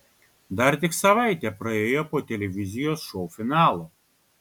dar tik savaitė praėjo po televizijos šou finalo